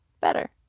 better